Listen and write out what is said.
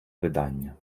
видання